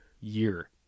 year